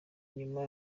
nyuma